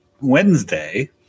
Wednesday